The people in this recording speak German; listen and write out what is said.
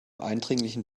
eindringlichen